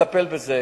ולטפל בזה.